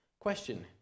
Question